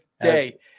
day